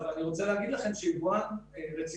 אני גם רוצה להגיד שיבואן רציני,